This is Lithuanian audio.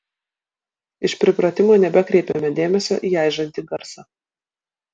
iš pripratimo nebekreipėme dėmesio į aižantį garsą